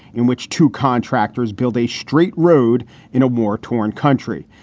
in which two contractors build a street road in a war torn country.